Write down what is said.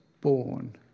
born